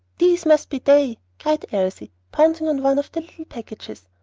these must be they, cried elsie, pouncing on one of the little packages.